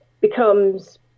becomes